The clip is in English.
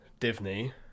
Divney